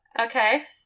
Okay